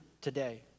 today